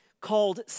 called